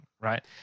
right